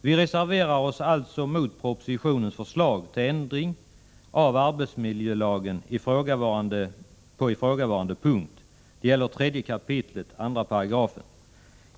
Vi reserverar oss alltså mot propositionen när det gäller ändring av arbetsmiljölagen på ifrågavarande punkt — det gäller 3 kap. 28.